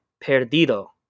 perdido